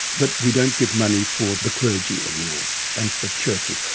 but we don't give money for the clergy anymore and for churches.